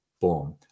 boom